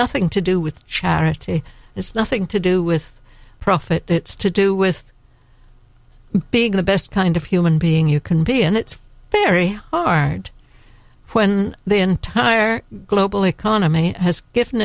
nothing to do with charity it's nothing to do with profit it's to do with being the best kind of human being you can be and it's very hard when the entire global economy has given